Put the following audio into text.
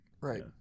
Right